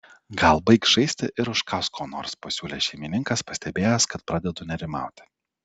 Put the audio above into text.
gal baik žaisti ir užkąsk ko nors pasiūlė šeimininkas pastebėjęs kad pradedu nerimauti